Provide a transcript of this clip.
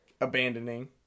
abandoning